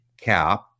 cap